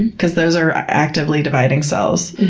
because those are actively dividing cells.